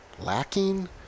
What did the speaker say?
lacking